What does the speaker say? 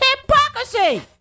hypocrisy